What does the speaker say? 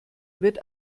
wird